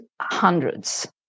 hundreds